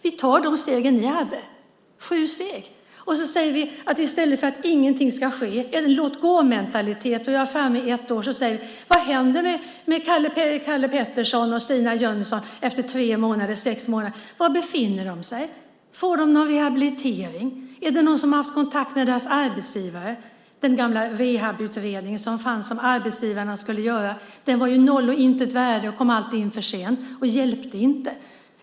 Vi tar de steg ni hade, sju steg, och i stället för att ingenting ska ske, en låt-gå-mentalitet, säger vi: Vad händer med Kalle Pettersson och Stina Jönsson efter tre månader och sex månader? Var befinner de sig? Får de någon rehabilitering? Är det någon som har haft kontakt med deras arbetsgivare? Den gamla rehabutredningen som fanns och som arbetsgivarna skulle göra var av noll och intet värde. Den kom alltid in för sent och hjälpte inte.